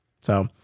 So-